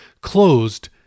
closed